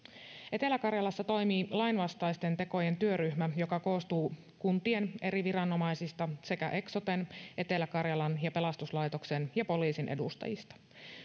etelä karjalassa toimii lainvastaisten tekojen työryhmä joka koostuu kuntien eri viranomaisista sekä eksoten etelä karjalan pelastuslaitoksen ja poliisin edustajista